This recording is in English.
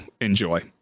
enjoy